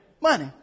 Money